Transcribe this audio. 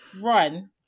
Run